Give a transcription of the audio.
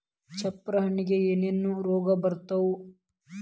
ಚಪ್ರ ಹಣ್ಣಿಗೆ ಏನೇನ್ ರೋಗ ಬರ್ತಾವ?